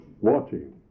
watching